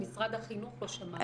את משרד החינוך לא שמענו.